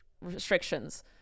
restrictions